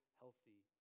healthy